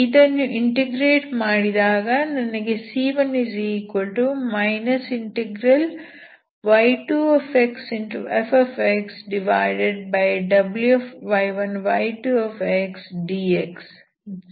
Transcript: ಇದನ್ನು ಇಂಟಿಗ್ರೇಟ್ ಮಾಡಿದಾಗ ನನಗೆ c1 y2fWy1y2dx ಸಿಗುತ್ತದೆ